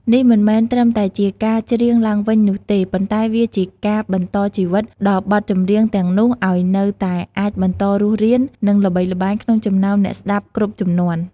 នេះមិនមែនត្រឹមតែជាការច្រៀងឡើងវិញនោះទេ ប៉ុន្តែវាជាការ បន្តជីវិត ដល់បទចម្រៀងទាំងនោះ ឲ្យនៅតែអាចបន្តរស់រាន និងល្បីល្បាញក្នុងចំណោមអ្នកស្តាប់គ្រប់ជំនាន់។